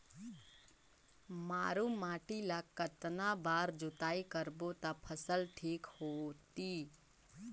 मारू माटी ला कतना बार जुताई करबो ता फसल ठीक होती?